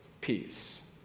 peace